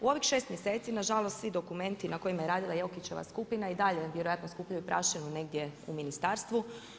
U ovih 6 mjeseci nažalost svi dokumenti na kojima je radila Jokićeva skupina i dalje vjerojatno skupljanju prašinu negdje u ministarstvu.